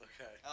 Okay